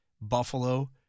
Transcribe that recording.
Buffalo